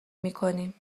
میکنیم